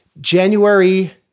January